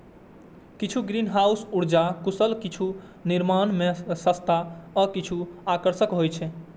किछु ग्रीनहाउस उर्जा कुशल, किछु निर्माण मे सस्ता आ किछु आकर्षक होइ छै